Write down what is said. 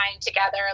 together